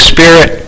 Spirit